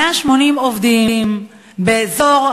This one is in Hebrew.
180 עובדים באזור,